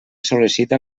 sol·licita